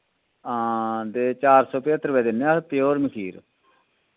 हां ते चार सौ पचत्तर रपे दिन्ने अस प्योर मखीर